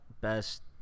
best